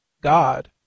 God